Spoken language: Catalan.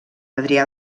adrià